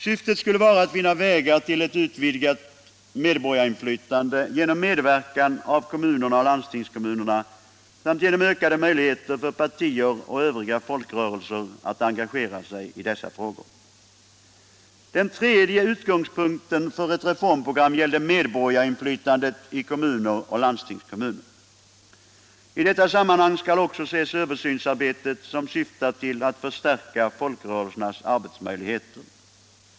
Syftet skulle vara att finna vägar till ett utvidgat medborgarinflytande genom medverkan av kommunerna och landstingskommunerna samt genom ökade möjligheter för partier och övriga folkrörelser att engagera sig i dessa frågor. Den tredje utgångspunkten för ett reformprogram gällde medborgarinflytandet i kommuner och landstingskommuner: I detta sammanhang skall också ses översynsarbetet som syftar till att förstärka folkrörelsernas arbetsmöjligheter.